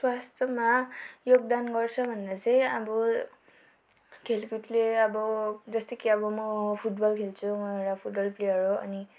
स्वास्थ्यमा योगदान गर्छ भनेर चाहिँ अब खेलकुदले अब जस्तै कि अब म फुटबल खेल्छु म एउटा फुटबल प्लेयर हो अनि